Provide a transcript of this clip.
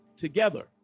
together